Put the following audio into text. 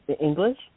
English